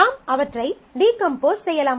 நாம் அவற்றை டீகம்போஸ் செய்யலாம்